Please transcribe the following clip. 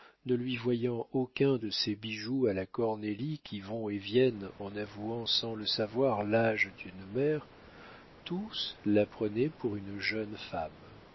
ne lui voyant aucun de ces bijoux à la cornélie qui vont et viennent en avouant sans le savoir l'âge d'une mère tous la prenaient pour une jeune femme